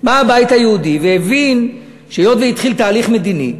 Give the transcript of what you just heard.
בא הבית היהודי והבין שהיות שהתחיל תהליך מדיני,